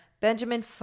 Benjamin